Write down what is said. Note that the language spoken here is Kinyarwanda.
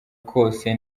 kose